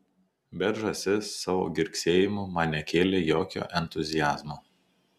bet žąsis savo girgsėjimu man nekėlė jokio entuziazmo